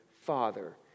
Father